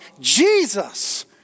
Jesus